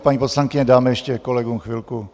Paní poslankyně, dáme ještě kolegům chvilku.